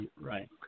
Right